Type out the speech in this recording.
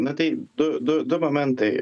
na tai du du du momentai